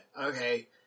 Okay